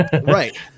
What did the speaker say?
Right